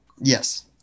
Yes